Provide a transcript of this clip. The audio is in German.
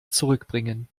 zurückbringen